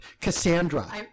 Cassandra